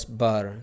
bar